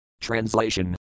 Translation